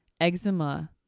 eczema